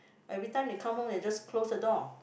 every time they come home they just close the door